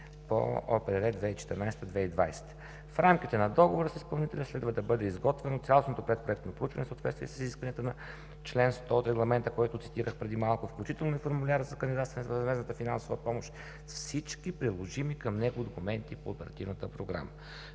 по ОПРР 2014 – 2020 г.“ В рамките на договора с изпълнителя следва да бъде изготвено цялостното предпроектно проучване в съответствие с изискванията на чл. 100 от Регламента, който цитирах преди малко, включително и формуляр за кандидатстване за безвъзмездната финансова помощ, с всички приложими към него документи по Оперативната програма.